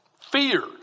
fear